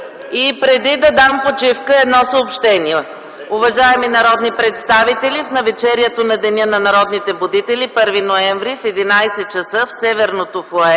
Преди да дам почивка, едно съобщение. Уважаеми народни представители, в навечерието на Деня на народните будители – 1 ноември, в 11,00 ч. в Северното